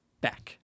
back